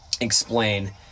explain